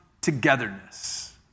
togetherness